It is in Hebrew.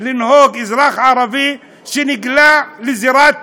ינהג אזרח ערבי שנקלע לזירת פיגוע?